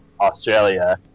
Australia